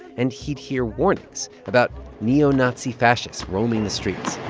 and he'd hear warnings about neo-nazi fascists roaming the streets